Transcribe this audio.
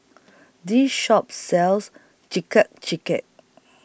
This Shop sells